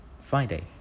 Friday